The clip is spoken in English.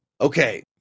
okay